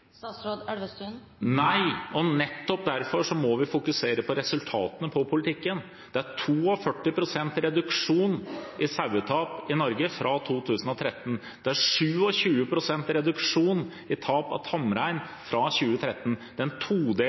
Nei – og nettopp derfor må vi fokusere på resultatene av politikken. Det har vært 42 pst. reduksjon i tap av sau i Norge siden 2013. Det har vært 27 pst. reduksjon i tap av tamrein siden 2013. Den